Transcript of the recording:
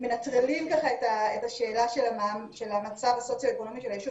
מנטרלים את השאלה של המצב הסוציואקונומי של היישוב,